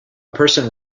person